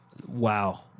wow